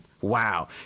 Wow